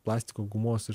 plastiko gumos ir